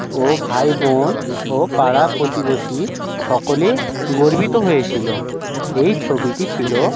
ও ভাইবোন ও পাড়া প্রতিবেশী সকলে গর্বিত হয়েছিলো এই ছবিটি ছিল